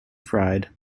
fried